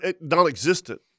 non-existent